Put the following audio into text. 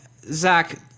Zach